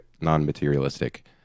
non-materialistic